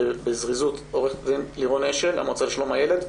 בזום עורכת דין לירון אשל מהמועצה לשלום הילד,